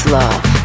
love